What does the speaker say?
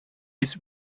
its